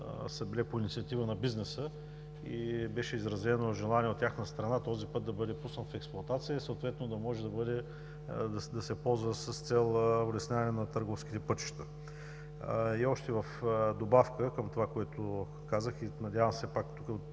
са били по инициатива на бизнеса, и беше изразено желание от тяхна страна, този път да бъде пуснат в експлоатация, и съответно да може да се ползва с цел улесняване на търговските пътища. В добавка към това, което казах, и надявам се пак тук